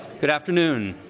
good afternoon.